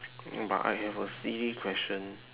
but I have a silly question